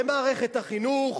במערכת החינוך,